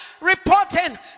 reporting